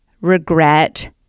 regret